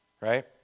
Right